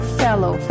fellow